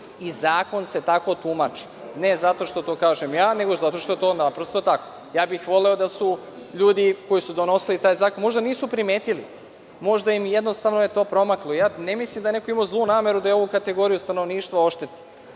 i zakon se tako tumači, ne zato što to kažem ja, nego zato što je to naprosto tako. Voleo bih da su ljudi koji su donosili taj zakon, možda nisu primetili, možda im je jednostavno to promaklo, ja ne mislim da je neko imao zlu nameru da je ovu kategoriju stanovništva oštetio,